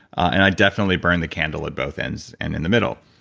and i definitely burned the candle at both ends, and in the middle.